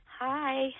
Hi